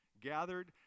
gathered